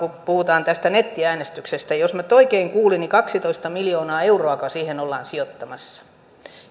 tähän kun puhutaan tästä nettiäänestyksestä jos minä nyt oikein kuulin niin kaksitoista miljoonaa euroa siihen ollaan sijoittamassa